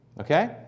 Okay